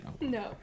No